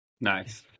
Nice